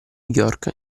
york